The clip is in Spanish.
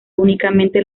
únicamente